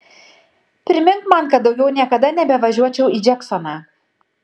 primink man kad daugiau niekada nebevažiuočiau į džeksoną